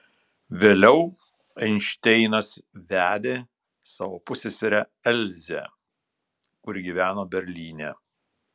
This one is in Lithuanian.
vėliau einšteinas vedė savo pusseserę elzę kuri gyveno berlyne